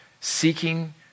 seeking